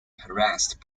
harassed